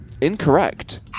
Incorrect